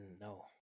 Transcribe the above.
No